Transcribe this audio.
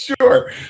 Sure